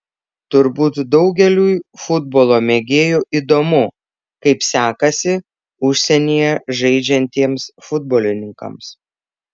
turbūt daugeliui futbolo mėgėjų įdomu kaip sekasi užsienyje žaidžiantiems futbolininkams